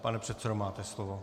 Pane předsedo, máte slovo.